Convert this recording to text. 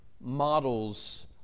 models